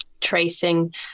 tracing